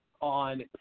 on